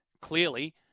clearly